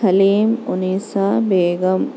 حلیم Nisa بیگم